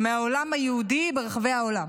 מהעולם היהודי ברחבי העולם.